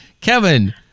Kevin